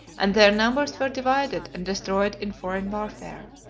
and their numbers were divided and destroyed in foreign warfare.